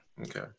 Okay